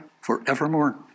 forevermore